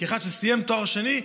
כאחד שסיים תואר שני,